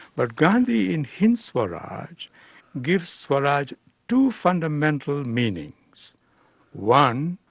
but gandhi in hind swaraj gives swaraj two fundamental meanings one,